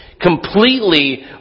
completely